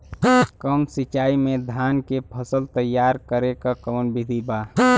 कम सिचाई में धान के फसल तैयार करे क कवन बिधि बा?